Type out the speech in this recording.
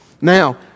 Now